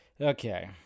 Okay